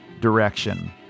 direction